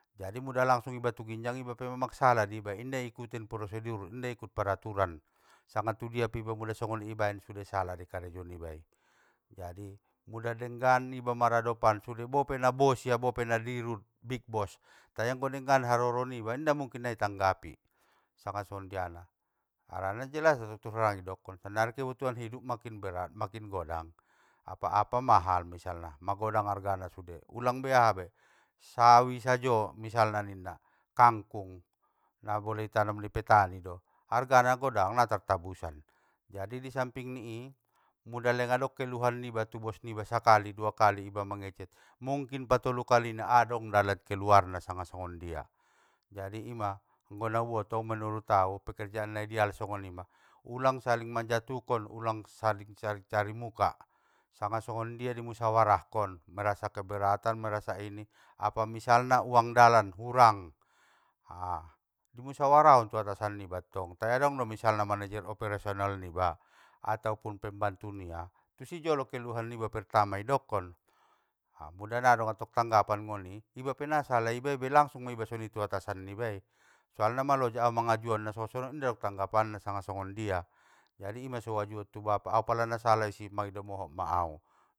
Jadi mula langsung iba tu ginjang iba pe mang sala diba, inda i iuti prosedur inda i iuti peraturan, sanga tudia pe iba mula songoni ibaen sude sala dei karejo nibai, jadi mula denggan iba maradopan sude bope na bos ia bope nadirut bigbos, tai anggo na denggan haroro niba, inda mungkin na itanggapi, sanga songondiana, harana jelas dottong torang idokon sannari kebutuhan hidup makin berat makin godang, apa apa mahal magodang misalna argana sude, ulang be ahabe, sawi sajo misalna ninna, kangkung na muli itanom ni petanido, hargana godang ngatartabusan, jadi disamping ni i, muda lengadong keluhan niba tu bos niba sakali duakali iba mangecek, mungkin patolu kalina adong dalan keluarna sanga songondia. Jadi ima, anggo nauboto manurut au pekerjaan na ideal songonima, ulang saling manjatuhkon ulang saling- saling cari muka, sanga songgondia di musawarahkon, merasa keberatan merasa ini, apa misalna uang dalan hurang, i musawarahkon tu atasan niba tong, tai adong do misalna manajer operasional niba ataupun pembantu nia, tusi jolo keluhan niba pertama idokkon, mula ngga dong tanggapan ngoni, iba pe na sala iba i pe, langsung ma iba songoni tu atasan nibai, soalna mang loja au mangajuaonna songon songon, inda dong tanggapanna sanga songondia, jadi ima so uajuon tubapak, pala nasala au disi mangido mohop ma au.